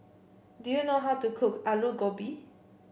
do you know how to cook Alu Gobi